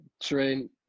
train